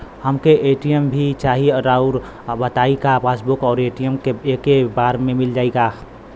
हमके ए.टी.एम भी चाही राउर बताई का पासबुक और ए.टी.एम एके बार में मील जाई का?